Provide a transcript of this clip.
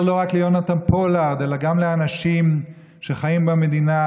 לא רק ליונתן פולארד אלא גם לאנשים שחיים במדינה,